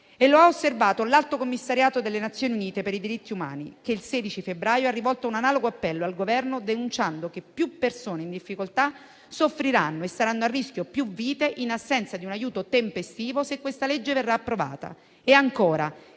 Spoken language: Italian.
Lo ha osservato anche l'Alto commissariato delle Nazioni Unite per i diritti umani, che il 16 febbraio ha rivolto un analogo appello al Governo, denunciando che più persone in difficoltà soffriranno e saranno a rischio più vite in assenza di un aiuto tempestivo, se questa legge verrà approvata e, ancora,